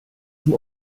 zum